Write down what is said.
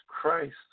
Christ